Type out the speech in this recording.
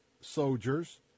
soldiers